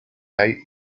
hay